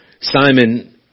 Simon